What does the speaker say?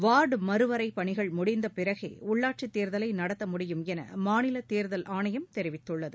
ward மறு வரையறைபணிகள் முடிவடைந்தபிறகேஉள்ளாட்சித் தேர்தலைநடத்த முடியும் எனமாநிலதேர்தல் ஆணையம் தெரிவித்துள்ளது